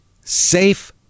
safe